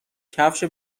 کفش